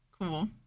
Cool